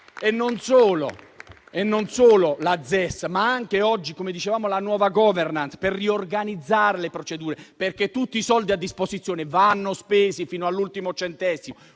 non solo la ZES, ma anche la nuova *governance* per riorganizzare le procedure, perché tutti i soldi a disposizione vanno spesi fino all'ultimo centesimo.